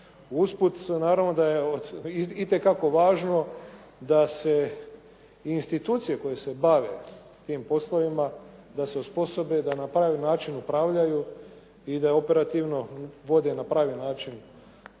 Usput, naravno da je itekako važno da se i institucije koje se bave tim poslovima da se osposobe da na pravi način upravljaju i da operativno vode na pravi način brigu